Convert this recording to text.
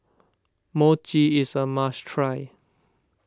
Mochi is a must try